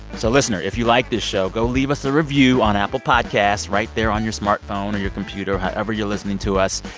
so, listener, if you like this show, go leave us a review on apple podcasts right there on your smartphone or your computer, however you're listening to us.